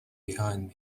behind